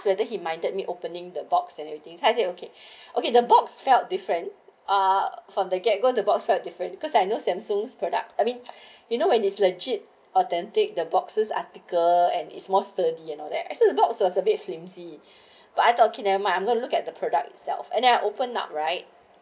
whether he minded me opening the box and everything I said okay okay the box felt different ah from the get go the box felt different because I know samsung's product I mean you know when it's legit authentic the boxes article and is more sturdy and all that actually box was a bit flimsy but I thought okay never mind I'm gonna look at the product itself and then I open up right